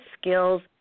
skills